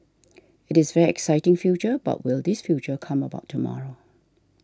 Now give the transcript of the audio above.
it is very exciting future but will this future come about tomorrow